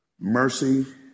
mercy